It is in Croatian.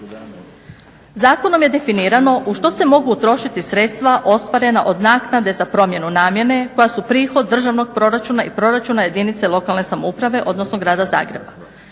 Zakonom je definirano u što se mogu utrošiti sredstva ostvarena od naknade za promjenu namjene koja su prihod državnog proračuna i proračuna jedinica lokalne samouprave, odnosno grada Zagreba.